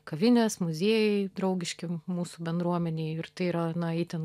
kavinės muziejai draugiški mūsų bendruomenei ir tai yra na itin